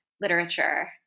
literature